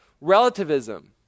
relativism